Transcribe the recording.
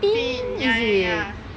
fourteen ya ya ya